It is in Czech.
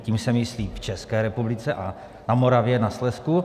Tím se myslí v České republice, na Moravě, ve Slezsku.